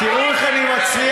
אתה מזלזל